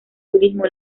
turismo